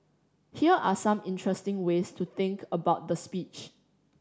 here are some interesting ways to think about the speech